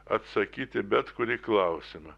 atsakyti į bet kurį klausimą